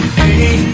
hey